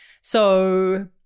So-